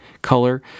color